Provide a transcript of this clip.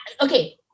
okay